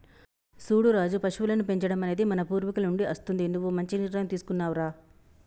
సూడు రాజు పశువులను పెంచడం అనేది మన పూర్వీకుల నుండి అస్తుంది నువ్వు మంచి నిర్ణయం తీసుకున్నావ్ రా